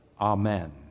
amen